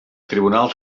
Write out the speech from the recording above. tribunals